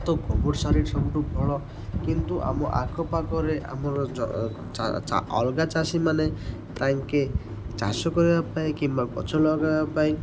ତ ଗୋବର ସାର ହିଁ ସବୁଠୁ ଭଲ କିନ୍ତୁ ଆମ ଆଖ ପାଖରେ ଆମର ଅଲଗା ଚାଷୀମାନେ ତାଙ୍କେ ଚାଷ କରିବା ପାଇଁ କିମ୍ବା ଗଛ ଲଗାଇବା ପାଇଁ